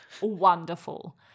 wonderful